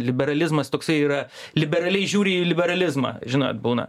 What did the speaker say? liberalizmas toksai yra liberaliai žiūri į liberalizmą žinot būna